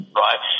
right